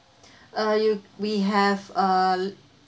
uh we have a